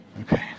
Okay